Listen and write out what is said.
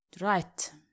right